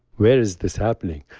where is this happening?